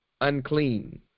unclean